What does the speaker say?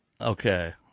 Okay